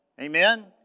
Amen